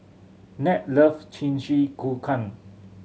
Ned love Jingisukan